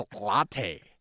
latte